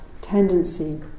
tendency